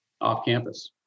off-campus